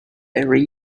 every